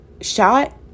shot